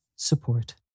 Support